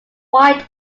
white